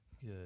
Good